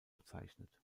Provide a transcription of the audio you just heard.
bezeichnet